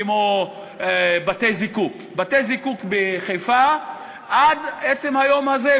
כמו בתי-הזיקוק: בתי-הזיקוק בחיפה עד עצם היום הזה,